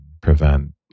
prevent